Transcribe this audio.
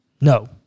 no